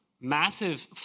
Massive